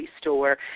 store